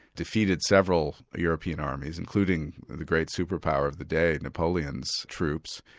defeated several european armies, including the great superpower of the day, napoleon's troops,